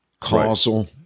...causal